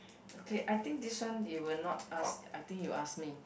okay I think this one you will not ask I think you ask me